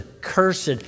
cursed